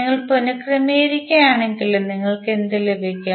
നിങ്ങൾ പുനർക്രമീകരിക്കുകയാണെങ്കിൽ നിങ്ങൾക്ക് എന്ത് ലഭിക്കും